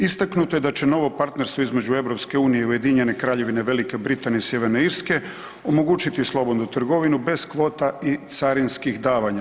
Istaknuto je da će novo partnerstvo između EU i Ujedinjene Kraljevine Velike Britanije i Sjeverne Irske omogućiti slobodnu trgovinu bez kvota i carinskih davanja.